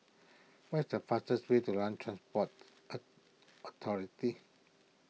find the fastest way to Land Transport a Authority